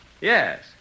Yes